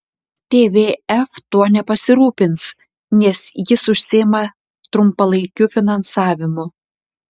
tvf tuo nepasirūpins nes jis užsiima trumpalaikiu finansavimu